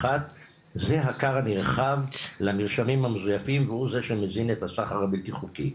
אחת זה הכר הנרחב למרשמים המזויפים והוא זה שמזין את הסחר הבלתי חוקי,